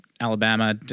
Alabama